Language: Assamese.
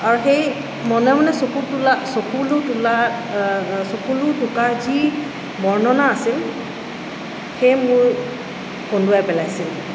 আৰু সেই মনে মনে চকু তোলা চকুলো তোলা চকুলো টুকা যি বৰ্ণনা আছিল সেই মোৰ কন্দুৱাই পেলাইছিল